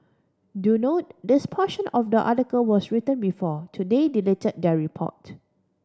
do note this portion of the article was written before Today delete their report